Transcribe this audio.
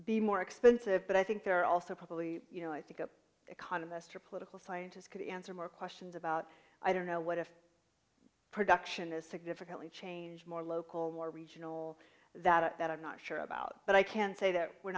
be more expensive but i think there are also probably you know if you go economists or political scientists could answer more questions about i don't know what if production has significantly changed more local more regional that i'm not sure about but i can say that we're